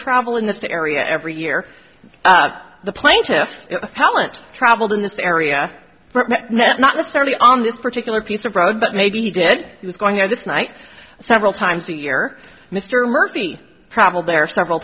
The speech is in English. travel in this area every year the plaintiffs appellant traveled in this area no not necessarily on this particular piece of road but maybe he did he was going there this night several times a year mr murphy traveled there several